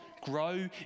grow